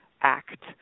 act